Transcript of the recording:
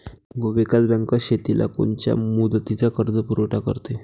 भूविकास बँक शेतीला कोनच्या मुदतीचा कर्जपुरवठा करते?